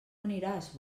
aniràs